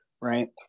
right